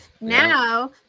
Now